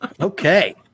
Okay